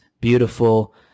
beautiful